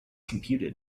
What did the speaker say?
computed